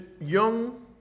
young